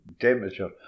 temperature